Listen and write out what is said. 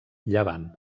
llevant